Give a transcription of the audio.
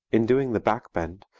in doing the back bend,